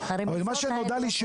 הרי מה שנודע לי,